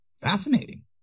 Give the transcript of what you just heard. Fascinating